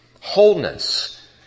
wholeness